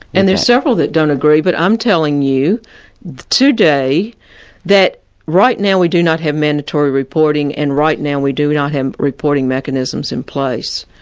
and there's several that don't agree, but i'm telling you today that right now we do not have mandatory reporting, and right now we do not have reporting mechanisms in place.